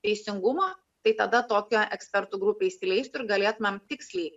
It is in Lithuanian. teisingumo tai tada tokią ekspertų grupę įsileistų ir galėtumėm tiksliai